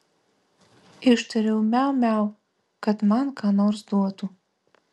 ištariau miau miau kad man ką nors duotų